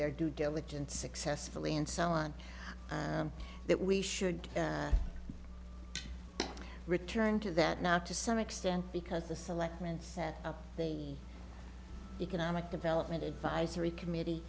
their due diligence successfully and so on that we should return to that now to some extent because the selectmen set up the economic development advisory committee